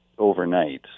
overnight